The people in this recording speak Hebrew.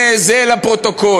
הנה, זה לפרוטוקול.